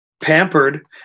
Pampered